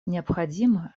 необходимо